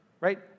right